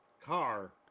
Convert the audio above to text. Car